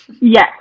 Yes